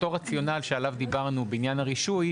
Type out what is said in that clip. אותו רציונל שעליו דיברנו בעניין הרישוי,